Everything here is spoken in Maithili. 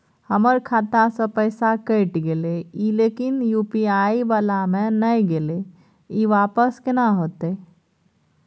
हमर खाता स पैसा कैट गेले इ लेकिन यु.पी.आई वाला म नय गेले इ वापस केना होतै?